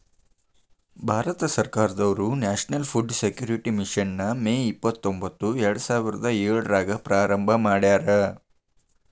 ಭಾರತ ಸರ್ಕಾರದವ್ರು national food security mission ನ May ಇಪ್ಪತ್ರೊಂಬತ್ತು ಎರಡುಸಾವಿರದ ಏಳ್ರಾಗ ಪ್ರಾರಂಭ ಮಾಡ್ಯಾರ